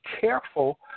careful